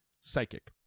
Psychic